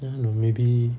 I don't know maybe